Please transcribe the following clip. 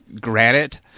granite